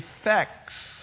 effects